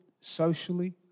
socially